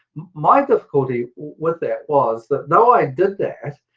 my difficulty with that was that though i did that,